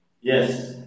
Yes